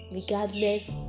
regardless